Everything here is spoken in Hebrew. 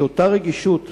שאותה רגישות